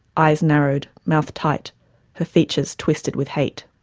eyes narrowed, mouth tight her features twisted with hate.